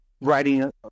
writing